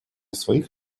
своих